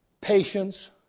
patience